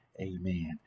Amen